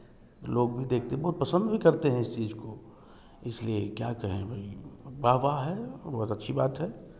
लोग भी देखते बहुत पसंद भी करते हैं इस चीज़ को इसलिए क्या कहें भाई वाह वाह है बहुत अच्छी बात है